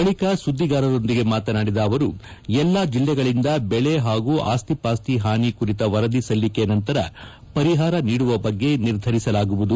ಬಳಿಕ ಸುದ್ದಿಗಾರರೊಂದಿಗೆ ಮಾತನಾಡಿದ ಅವರು ಎಲ್ಲಾ ಜಿಲ್ಲೆಗಳಿಂದ ಬೆಳೆ ಹಾಗೂ ಅಸ್ತಿ ಪಾಸ್ತಿ ಹಾನಿ ಕುರಿತ ವರದಿ ಸಲ್ಲಿಕೆ ನಂತರ ಪರಿಹಾರ ನೀಡುವ ಬಗ್ಗೆ ನಿರ್ಧರಿಸಲಾಗುವುದು